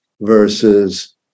versus